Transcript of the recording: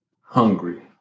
hungry